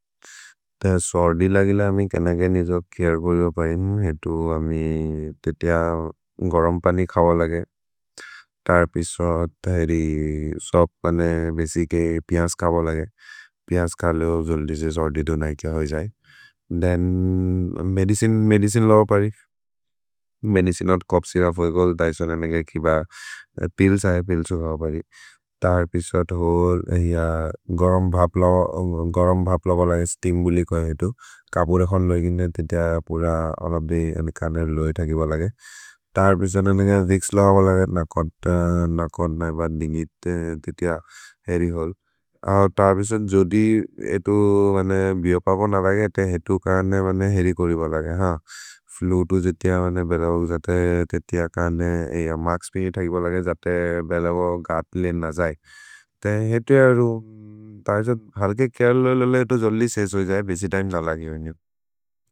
सोर्दि लगिल अमि केनगेनि जब् खेअर् कोरिव परिन्, हेतु अमि ते तिअ गरम् पानि खव लगे। तर् पिश्वत्, तहेरि, सब् बने बेसिके पियस् खव लगे। पियस् खले जो जोल् दिसि सोर्दि धुनय् के होइ जये। दन्, मेदिचिने, मेदिचिने लव परि। मेदिचिने नोत् चोउघ् स्य्रुप् वेकोल्, तैसो नेमे के किब पिल् छहे पिल् छुखव परि। तर् पिश्वत् होल् हिय गरम् भप्ल, गरम् भप्ल वलगे स्तिम्बुलिक् होइ हेतु। कपुरे खन् लोगेगिने, तेतिअ पुर अनब्दि अने खनेर् लोगे थगि वलगे। तर् पिश्वत् अनेग रिक्स् लव वलगे, न कोन्तन्, न कोन्तन्, न बन्दिन्गित् ते तिअ हेरि होल्। अहो तर् पिश्वत्, जोदि हेतु, बने, बिओ पपो न बगे, ते हेतु खनेर् वने हेरि कोरिव लगे। हान्, फ्लुतु जे तिअ वने, बलवग् जते, तेतिअ खनेर्, अय मर्क्स् बिने थगि वलगे जते बलवग् अत्ले न जये। ते हेतु अरो, तैसो हर्के क्य लोगेलेले एतो जल्दि सेस् हो जये, बेसि तिमे न लगिने।